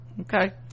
Okay